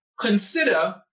consider